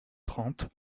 trente